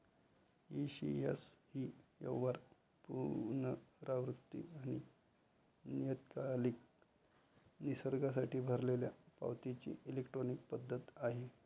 ECS ही व्यवहार, पुनरावृत्ती आणि नियतकालिक निसर्गासाठी भरलेल्या पावतीची इलेक्ट्रॉनिक पद्धत आहे